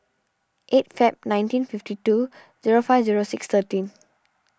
eight February nineteen fifty two zero five zero six thirteen